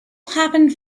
happened